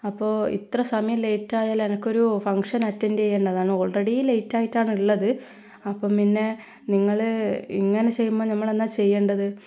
അപ്പോൾ ഇത്ര സമയം ലേറ്റ് ആയാൽ എനിക്കൊരു ഫംഗ്ഷൻ അറ്റൻഡ് ചെയ്യേണ്ടതാണ് ഓൾറെഡി ലെറ്റ് ആയിട്ടാണ് ഉള്ളത് അപ്പം പിന്നെ നിങ്ങൾ ഇങ്ങനെ ചെയ്യുമ്പോൾ നമ്മൾ എന്നാണ് ചെയ്യേണ്ടത്